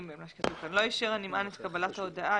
(ג)לא אישר הנמען את קבלת ההודעה,